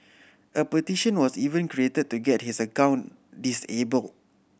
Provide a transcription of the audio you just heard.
a petition was even created to get his account disabled